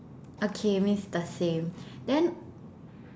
okay means the same then